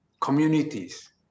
communities